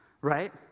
right